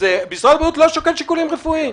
משרד הבריאות לא שוקל שיקולים שאינם רפואיים.